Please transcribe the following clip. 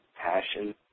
passion